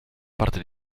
parte